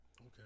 Okay